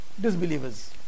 disbelievers